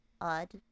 odd